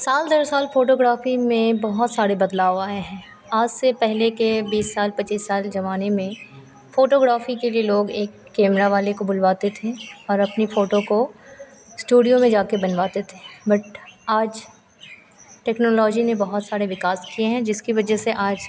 साल दो साल फ़ोटोग्राफी में बहुत सारे बदलाव आए हैं आज से पहले के बीस साल पच्चीस साल ज़माने में फ़ोटोग्राफी के भी लोग एक कैमरा वाले को बुलवाते थे और अपनी फ़ोटो को स्टूडियो में जाकर बनवाते थे बट आज टेक्नोलॉजी ने बहुत सारे विकास किए हैं जिसकी वज़ह से आज